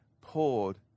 poured